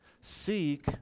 Seek